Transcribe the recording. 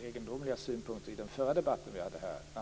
de egendomliga synpunkter han framförde i den tidigare debatten.